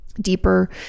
deeper